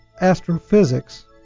astrophysics